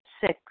Six